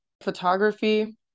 photography